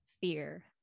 fear